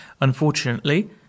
Unfortunately